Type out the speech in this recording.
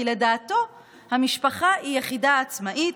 כי לדעתו המשפחה היא יחידה עצמאית,